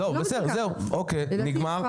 נגמר.